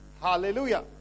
hallelujah